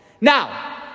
Now